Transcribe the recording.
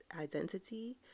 identity